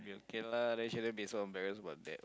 okay lah then she's little bit so embarrassed about that